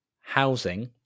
housing